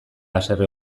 haserre